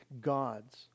gods